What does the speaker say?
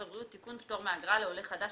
הבריאות (תיקון - פטור מאגרה לעולה חדש),